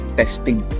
testing